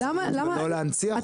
ולא להנציח אותה.